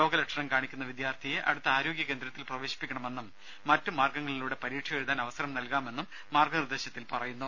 രോഗ ലക്ഷണം കാണിക്കുന്ന വിദ്യാർത്ഥിയെ അടുത്ത ആരോഗ്യ കേന്ദ്രത്തിൽ പ്രവേശിപ്പിക്കണമെന്നും മറ്റു മാർഗങ്ങളിലൂടെ പരീക്ഷ എഴുതാൻ അവസരം നൽകാമെന്ന് മാർഗനിർദേശത്തിൽ പറയുന്നു